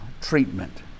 treatment